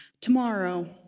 Tomorrow